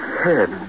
head